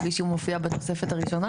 כפי שהוא מופיע בתוספת ראשונה,